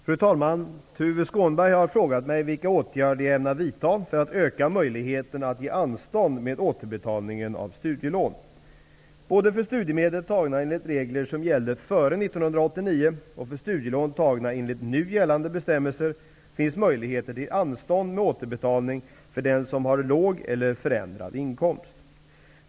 Fru talman! Tuve Skånberg har frågat mig vilka åtgärder jag ämnar vidta för att öka möjligheterna att ge anstånd med återbetalningen av studielån. Både för studiemedel tagna enligt regler som gällde före 1989 och för studielån tagna enligt nu gällande bestämmelser finns möjligheter till anstånd med återbetalning för den som har låg eller förändrad inkomst.